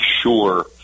sure